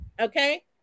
okay